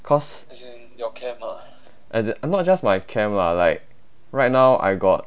cause as in not just my camp lah like right now I got